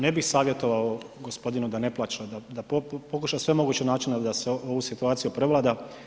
Ne bih savjetovao gospodinu da ne plaća, da pokuša sve moguće načine da se ovu situaciju prevlada.